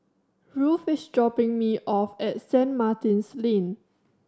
Ruthe is dropping me off at Saint Martin's Lane